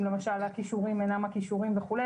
אם למשל הכישורים אינם הכישורים וכו'.